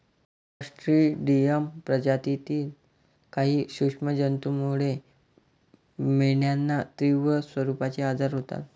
Clostridium प्रजातीतील काही सूक्ष्म जंतूमुळे मेंढ्यांना तीव्र स्वरूपाचे आजार होतात